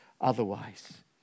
otherwise